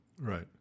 right